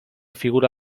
figura